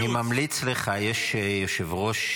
אני ממליץ לך, יש יושב-ראש,